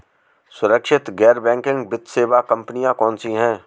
सुरक्षित गैर बैंकिंग वित्त सेवा कंपनियां कौनसी हैं?